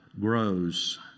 grows